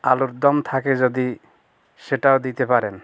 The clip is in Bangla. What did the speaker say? আলুর দম থাকে যদি সেটাও দিতে পারেন